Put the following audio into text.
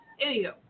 Anyhow